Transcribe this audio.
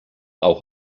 auch